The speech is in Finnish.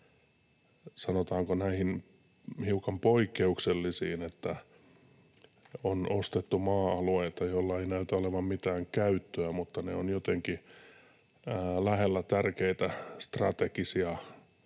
sanotaanko hiukan poikkeuksellisiin kauppoihin, joissa on ostettu maa-alueita, joilla ei näytä olevan mitään käyttöä, mutta ne ovat jotenkin lähellä tärkeitä strategisia